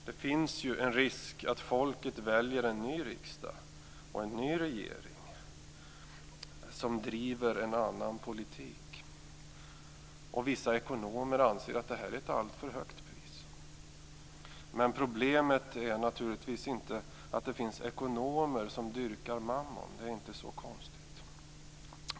Det finns ju en risk att folket väljer en ny riksdag och en ny regering som driver en annan politik. Vissa ekonomer anser att detta är ett alltför högt pris. Men problemet är naturligtvis inte att det finns ekonomer som dyrkar mammon. Det är inte så konstigt.